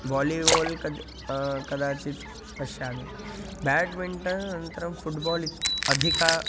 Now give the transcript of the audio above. वालिवाल् कद् कदाचित् पश्यामि बेड्मिण्टन् अनन्तरं फ़ुट्बाल् इ अधिकम्